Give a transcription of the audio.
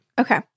Okay